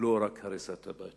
ולא רק הריסת הבית.